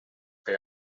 per